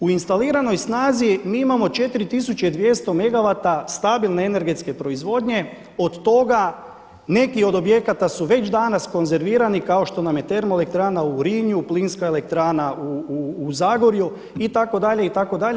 U instaliranoj snazi mi imamo 4200 MW stabilne energetske proizvodnje, od toga neki od objekata su već danas konzervirani kao što nam je termoelektrana u Urinju plinska elektrana u Zagorju itd., itd.